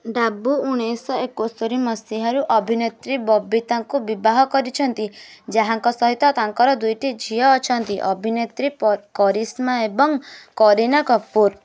ଡାବୁ ଉଣେଇଶ ଶହ ଏକସ୍ତରୀ ମସିହାରୁ ଅଭିନେତ୍ରୀ ବବିତାଙ୍କୁ ବିବାହ କରିଛନ୍ତି ଯାହାଙ୍କ ସହିତ ତାଙ୍କର ଦୁଇଟି ଝିଅ ଅଛନ୍ତି ଅଭିନେତ୍ରୀ କରିସ୍ମା ଏବଂ କରୀନା କପୁର